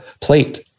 plate